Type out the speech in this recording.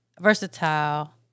versatile